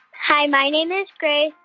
hi. my name is grace.